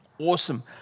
Awesome